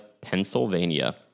Pennsylvania